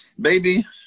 baby